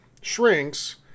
shrinks